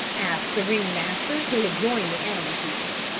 asked the ring-master who had joined the animal keeper.